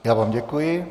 Já vám děkuji.